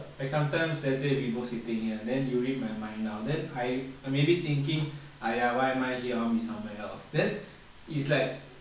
I sometimes let's say we both sitting here then you read my mind now then I I maybe thinking !aiya! why am I here I want to be somewhere else then it's like